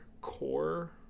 core